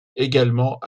également